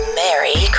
merry